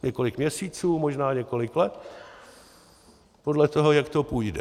Několik měsíců, možná několik let podle toho, jak to půjde.